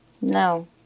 No